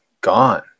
gone